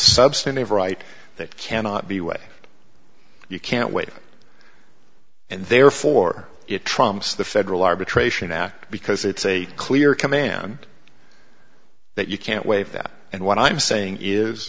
substantive right that cannot be way you can't wait and therefore it trumps the federal arbitration act because it's a clear command that you can't waive that and what i'm saying is